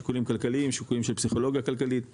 שיקולים כלכליים שיקולים של פסיכולוגיה כלכלית וחברתית,